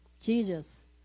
Jesus